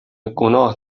گناه